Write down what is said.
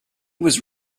was